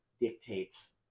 dictates